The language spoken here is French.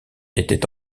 était